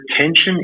retention